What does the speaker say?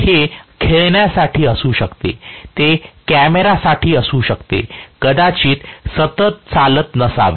हे खेळण्यांसाठी असू शकते ते कॅमेरासाठी असू शकते कदाचित सतत चालत नसावे